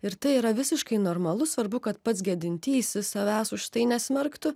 ir tai yra visiškai normalu svarbu kad pats gedintysis savęs už tai nesmerktų